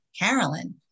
Carolyn